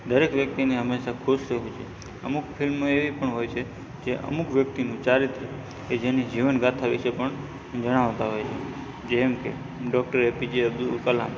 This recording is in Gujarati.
દરેક વ્યક્તિને હંમેશા ખુશ રહેવું જોઈએ અમુક ફિલ્મો એવી પણ હોય છે જે અમુક વ્યક્તિનું ચારિત્ર્ય કે જેની જીવનગાથા વિષે પણ જણાવતા હોય છે જેમ કે doctor A P J Abdul Kalam